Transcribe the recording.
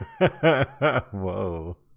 Whoa